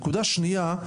נקודה שנייה.